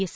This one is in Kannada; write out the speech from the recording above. ಎಸ್